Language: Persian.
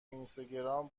اینستاگرام